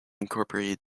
incorporated